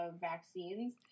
vaccines